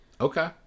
Okay